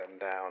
down